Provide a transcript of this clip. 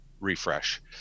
refresh